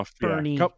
Bernie